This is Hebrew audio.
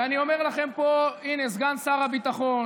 ואני אומר לכם פה, הינה, סגן שר הביטחון,